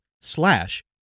slash